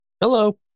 Hello